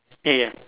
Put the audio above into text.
ya ya